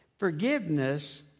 Forgiveness